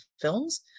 films